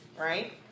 right